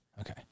Okay